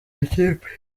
ikipe